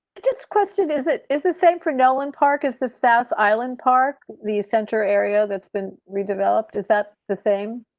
this question is, it is the same for nolan park is the south island park the center area that's been redeveloped is that the same.